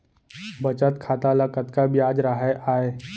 बचत खाता ल कतका ब्याज राहय आय?